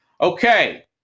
Okay